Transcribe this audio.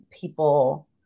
people